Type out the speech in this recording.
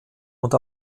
und